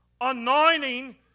anointing